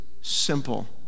simple